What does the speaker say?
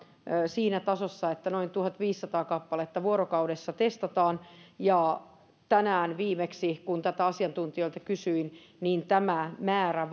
siinä tasossa että noin tuhatviisisataa kappaletta vuorokaudessa testataan tänään viimeksi tätä asiantuntijoilta kysyin ja tämä määrä